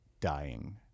dying